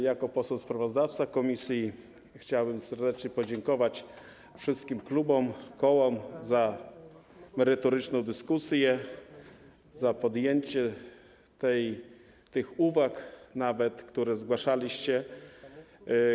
Jako poseł sprawozdawca komisji chciałbym serdecznie podziękować wszystkim klubom i kołom za merytoryczną dyskusję, za podjęcie tych uwag, które zgłaszaliście.